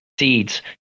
Seeds